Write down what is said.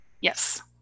Yes